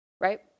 right